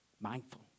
mindful